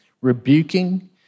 rebuking